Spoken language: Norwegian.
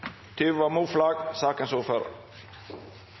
Tuva Moflag,